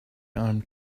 armed